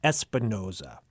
Espinoza